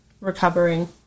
recovering